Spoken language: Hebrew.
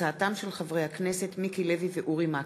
הצעתם של חברי הכנסת מיקי לוי ואורי מקלב,